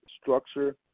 structure